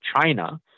China